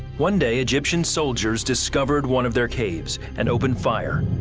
one day egyptian soldiers discovered one of their caves and opened fire.